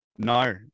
No